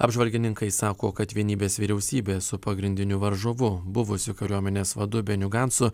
apžvalgininkai sako kad vienybės vyriausybė su pagrindiniu varžovu buvusiu kariuomenės vadu beniu gancu